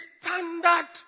standard